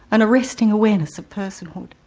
an arresting awareness of personhood.